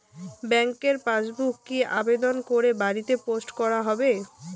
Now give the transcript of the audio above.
ব্যাংকের পাসবুক কি আবেদন করে বাড়িতে পোস্ট করা হবে?